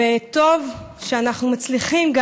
וטוב שאנחנו מצליחים,